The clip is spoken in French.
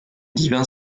divin